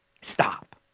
stop